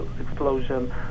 explosion